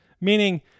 Meaning